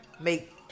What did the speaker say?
make